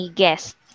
guest